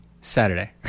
Saturday